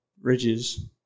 ridges